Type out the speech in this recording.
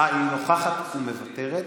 אה, היא נוכחת ומוותרת.